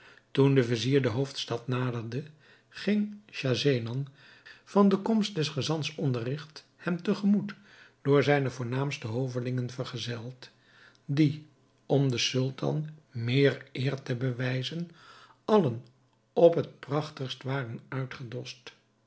toen de vizier de hoofdstad naderde ging schahzenan van de komst des gezants onderrigt hem te gemoet door zijne voornaamste hovelingen vergezeld die om den sultan meer eer te bewijzen allen op het prachtigst waren uitgedost